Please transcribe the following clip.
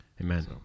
Amen